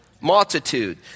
multitude